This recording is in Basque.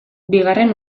bigarren